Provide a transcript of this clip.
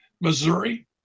Missouri